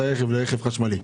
את הרכב לרכב חשמלי.